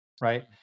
right